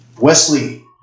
Wesley